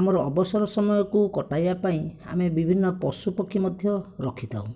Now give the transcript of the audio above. ଆମର ଅବସର ସମୟକୁ କଟାଇବାପାଇଁ ଆମେ ବିଭିନ୍ନ ପଶୁପକ୍ଷୀ ମଧ୍ୟ ରଖିଥାଉ